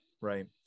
right